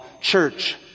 Church